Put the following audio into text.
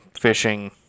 fishing